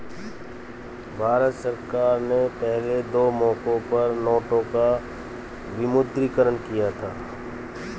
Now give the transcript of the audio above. भारत सरकार ने पहले दो मौकों पर नोटों का विमुद्रीकरण किया था